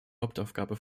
hauptaufgabe